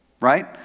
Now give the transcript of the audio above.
right